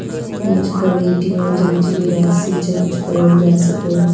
आजकल ए.टी.एम द्वारा भी राशी जाँच करल जा सको हय